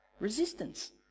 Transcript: resistance